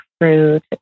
fruit